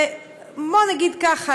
ובואו נגיד ככה,